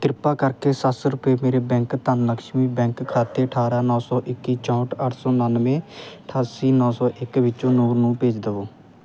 ਕਿਰਪਾ ਕਰਕੇ ਸੱਤ ਸੌ ਰੁਪਏ ਮੇਰੇ ਬੈਂਕ ਧਨਲਕਸ਼ਮੀ ਬੈਂਕ ਖਾਤੇ ਅਠਾਰ੍ਹਾਂ ਨੌਂ ਸੌ ਇੱਕੀ ਚੋਂਹਠ ਅੱਠ ਸੌ ਉਣਾਨਵੇਂ ਅਠਾਸੀ ਨੌਂ ਸੌ ਇੱਕ ਵਿਚੋਂ ਨੂਰ ਨੂੰ ਭੇਜ ਦਵੋਂ